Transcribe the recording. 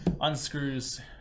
unscrews